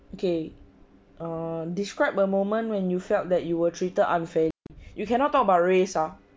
okay err describe the moment when you felt that you were treated unfair you cannot talk about race ah